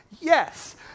yes